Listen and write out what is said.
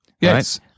Yes